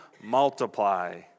multiply